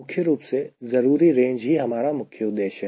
मुख्य रूप से जरूरी रेंज ही हमारा मुख्य उद्देश्य है